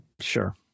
Sure